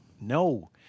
no